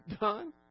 done